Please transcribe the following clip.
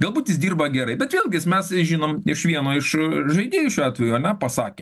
galbūt jis dirba gerai bet vėlgi mes žinom iš vieno iš žaidėjų šiuo atveju ane pasakė